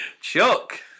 Chuck